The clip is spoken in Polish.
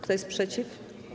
Kto jest przeciw?